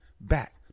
back